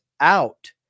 out